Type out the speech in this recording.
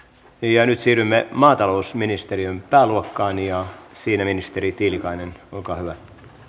käyty nyt siirrymme maatalousministeriön pääluokkaan ja siinä ministeri tiilikainen olkaa hyvä